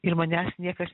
ir manęs niekas